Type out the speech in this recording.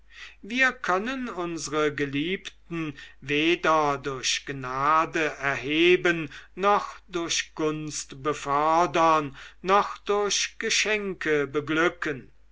wir können unsre geliebten weder durch gnade erheben noch durch gunst befördern noch durch gedanken beglücken